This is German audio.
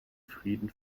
frieden